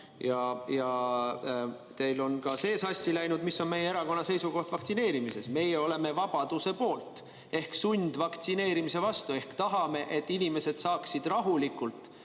teil on ka see sassi läinud, mis on meie erakonna seisukoht vaktsineerimise puhul. Meie oleme vabaduse poolt ehk sundvaktsineerimise vastu. Me tahame, et inimesed saaksid rahulikult